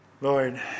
lord